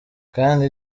kandi